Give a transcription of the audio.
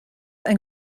ein